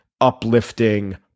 uplifting